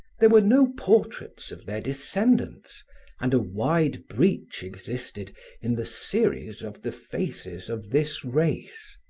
there were no portraits of their descendants and a wide breach existed in the series of the faces of this race.